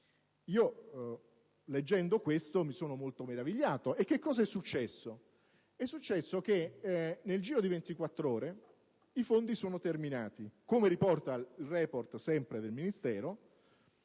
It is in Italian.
leggendo questo mi sono molto meravigliato. Cosa è successo? È successo che nel giro di 24 ore i fondi sono terminati. Come si evince dal *Report* sempre del Ministero,